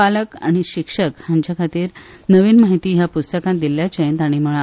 पालक आनी शिक्षक हांच्या खातीर नविन म्हायती ह्या पुस्तकात दिल्ल्याचेय ताणी म्हटला